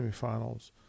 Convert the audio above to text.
semifinals